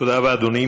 תודה רבה, אדוני.